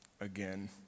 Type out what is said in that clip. again